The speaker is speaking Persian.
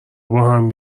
باهم